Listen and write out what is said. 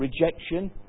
rejection